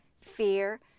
fear